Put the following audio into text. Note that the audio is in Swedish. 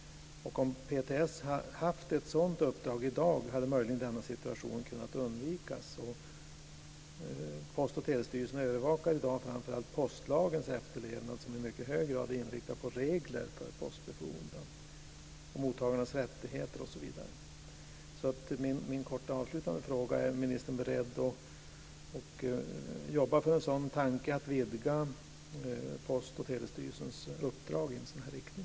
Om PTS haft ett sådant uppdrag i dag hade denna situation möjligen kunnat undvikas. Post och telestyrelsen övervakar i dag framför allt postlagens efterlevnad som i mycket hög grad är inriktad på regler för postbefordran, mottagarnas rättigheter osv. Min korta avslutande fråga lyder: Är ministern beredd att jobba för att man ska vidga Post och telestyrelsens uppdrag i en sådan riktning?